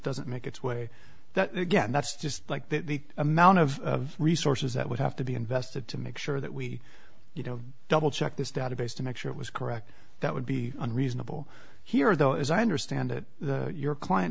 doesn't make its way that again that's just like the amount of resources that would have to be invested to make sure that we you know double check this database to make sure it was correct that would be unreasonable here though as i understand it your client